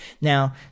Now